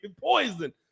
poison